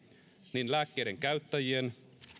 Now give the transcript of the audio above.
niin lääkkeiden käyttäjien